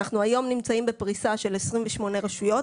אנחנו היום נמצאים בפריסה של 28 רשויות,